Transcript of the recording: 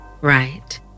right